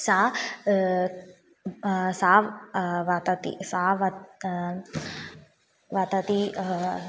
सा वदति सा वद वदति